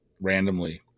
randomly